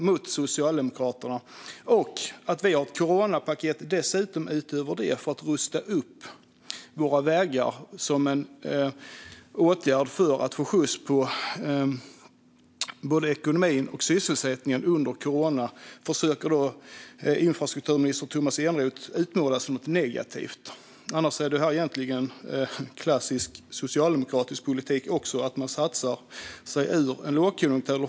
Att vi utöver det har ett coronapaket för att rusta upp våra vägar som en åtgärd för att få skjuts på både ekonomin och sysselsättningen under coronan försöker infrastrukturminister Tomas Eneroth utmåla som något negativt. Annars är det egentligen klassisk socialdemokratisk politik att man satsar sig ur en lågkonjunktur.